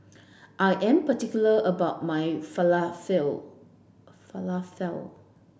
I am particular about my Falafel